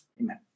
Amen